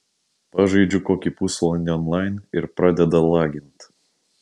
pažaidžiu kokį pusvalandi onlain ir pradeda lagint